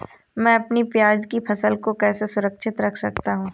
मैं अपनी प्याज की फसल को कैसे सुरक्षित रख सकता हूँ?